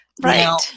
Right